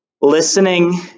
Listening